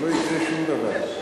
לא יקרה שום דבר.